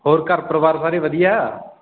ਹੋਰ ਘਰ ਪਰਿਵਾਰ ਸਾਰੇ ਵਧੀਆ